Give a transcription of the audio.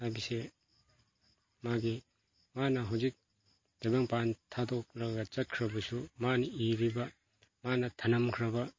ꯍꯥꯏꯕꯁꯤ ꯃꯥꯒꯤ ꯃꯥꯅ ꯍꯧꯖꯤꯛ ꯇꯥꯏꯕꯪꯄꯥꯟ ꯊꯥꯗꯣꯛꯂꯒ ꯆꯠꯈ꯭ꯔꯕꯁꯨ ꯃꯥꯅ ꯏꯔꯤꯕ ꯃꯥꯅ ꯊꯅꯝꯈ꯭ꯔꯕ